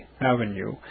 Avenue